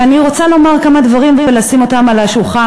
ואני רוצה לומר כמה דברים ולשים אותם על השולחן,